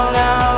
now